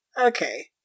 okay